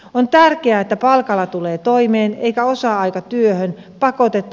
on tärkeää että palkalla tulee toimeen eikä osa aikatyöhön pakoteta